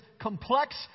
complex